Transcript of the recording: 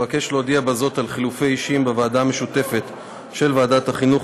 אבקש להודיע בזאת על חילופי אישים בוועדה המשותפת של ועדת החינוך,